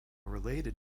related